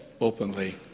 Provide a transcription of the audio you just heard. openly